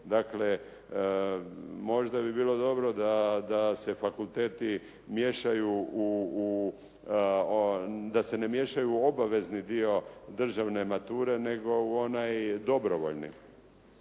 Dakle, možda bi bilo dobro da se fakulteti ne miješaju u obavezni dio državne mature nego u onaj dobrovoljni.